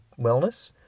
wellness